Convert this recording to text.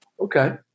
Okay